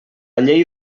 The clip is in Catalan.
llei